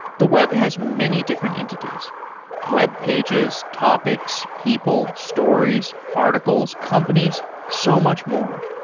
the web has many different entities webpages, topics, people, stories, articles, companies, so much more.